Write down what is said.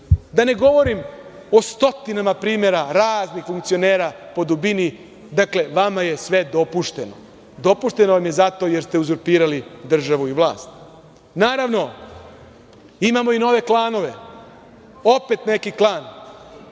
Da ne govorim o stotinama primera raznih funkcionera po dubini, dakle vama je sve dopušteno, dopušteno vam je zato jer ste uzurpirali državu i vlast. Naravno, imamo i nove klanove opet neki klan